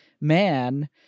man